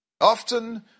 Often